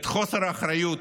את חוסר האחריות,